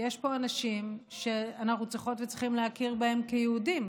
יש פה אנשים שאנחנו צריכות וצריכים להכיר בהם כיהודים,